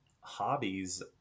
hobbies